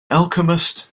alchemist